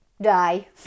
die